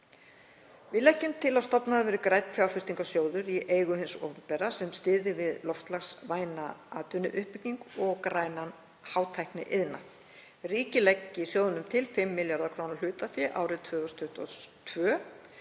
Við leggjum til að stofnaður verði grænn fjárfestingarsjóður í eigu hins opinbera sem styðji við loftslagsvæna atvinnuuppbyggingu og grænan hátækniiðnað. Ríkið leggi sjóðnum til 5 milljarða kr. í hlutafé árið 2022.